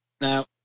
Now